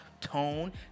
tone